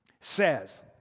says